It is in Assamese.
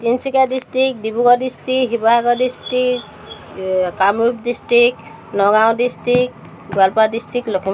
Tinsukia district Dibrugarh district Sivasagar district Kamrup district Nagaon district Goalpara district Lakhimpur